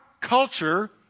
culture